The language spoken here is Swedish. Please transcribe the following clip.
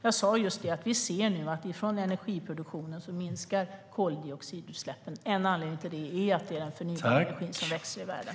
Jag sa just att vi nu ser att koldioxidutsläppen minskar från energiproduktionen. En anledning till det är att det är den förnybara energin som växer i världen.